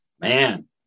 Man